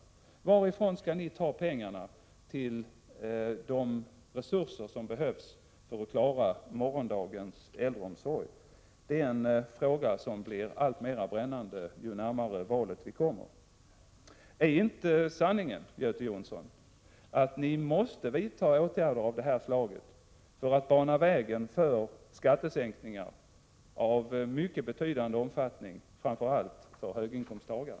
Varifrån skall ni ta pengarna till de resurser som behövs för att klara morgondagens äldreomsorg? Det är en fråga som blir alltmer brännande ju närmare valet vi kommer. Är inte sanningen, Göte Jonsson, att ni måste vidta åtgärder av det här slaget för att bana väg för skattesänkningar av mycket betydande omfattning, framför allt för höginkomsttagare?